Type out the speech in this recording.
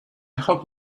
hope